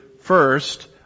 first